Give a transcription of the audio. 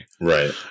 Right